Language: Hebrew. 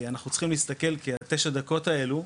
אנחנו צריכים להסתכל על תשע הדקות הללו,